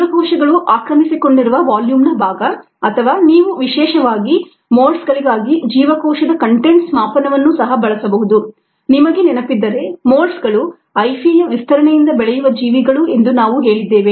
ಜೀವಕೋಶಗಳು ಆಕ್ರಮಿಸಿಕೊಂಡಿರುವ ವಾಲ್ಯೂಮ್ನ ಭಾಗ ಅಥವಾ ನೀವು ವಿಶೇಷವಾಗಿ ಮೊಲ್ಡ್ಸ್ಗಳಿಗಾಗಿ ಜೀವಕೋಶದ ಕಂಟೆಂಟ್ಸ ಮಾಪನವನ್ನು ಸಹ ಬಳಸಬಹುದು ನಿಮಗೆ ನೆನಪಿದ್ದರೆ ಮೊಲ್ಡ್ಸ್ಗಳು ಹೈಫೆಯ ವಿಸ್ತರಣೆಯಿಂದ ಬೆಳೆಯುವ ಜೀವಿಗಳು ಎಂದು ನಾವು ಹೇಳಿದ್ದೇವೆ